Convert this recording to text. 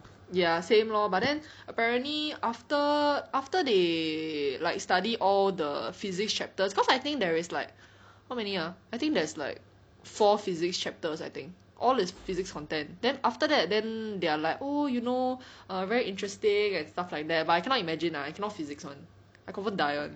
ya same lor but then apparently after after they like study all the physics chapters cause I think there is like how many ah I think there is like four physics chapters I think all is physics content then after that then they are like oh you know err very interesting and stuff like that but I cannot imagine ah I cannot physics [one] I confirm die [one]